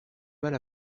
mal